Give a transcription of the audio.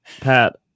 Pat